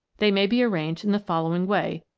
they may be arranged in the following way,